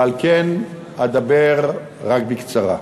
ועל כן אדבר כעת רק בקצרה.